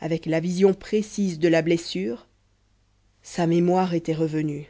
avec la vision précise de la blessure sa mémoire était revenue